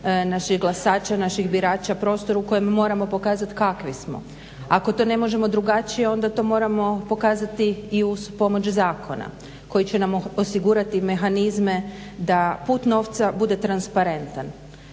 naših glasača, naših birača prostor u kojem moramo pokazati kakvi smo. Ako to ne možemo drugačije, onda to moramo pokazati i uz pomoć zakona koji će nam osigurati mehanizme da put novca bude transparentan.